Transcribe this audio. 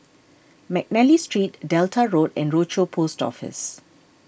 McNally Street Delta Road and Rochor Post Office